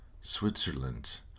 Switzerland